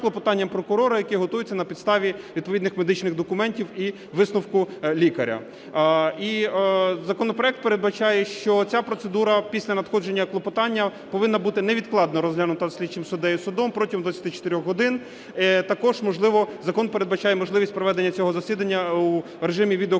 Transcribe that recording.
клопотанням прокурора, яке готується на підставі відповідних медичних документів і висновку лікаря. І законопроект передбачає, що ця процедура після надходження клопотання повинна бути невідкладно розглянута слідчим суддею (судом) протягом 24 годин. Також закон передбачає можливість проведення цього засідання у режимі відеоконференцзв'язку.